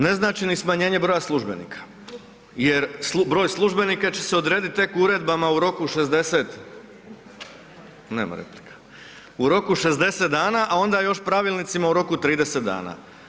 Ne znači ni smanjenje broja službenika jer broj službenika će se odredit tek uredbama u roku 60, nema replika, u roku 60 dana, a onda još pravilnicima u roku 30 dana.